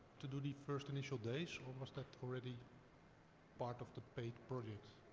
to do the first initial days, or was that already part of the paid produce?